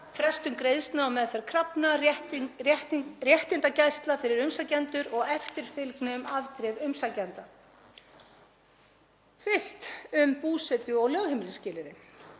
frestun greiðslna og meðferð krafna, réttindagæsla fyrir umsækjendur og eftirfylgni um afdrif umsækjenda. Fyrst um búsetu- og lögheimilisskilyrði.